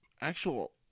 actual